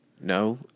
No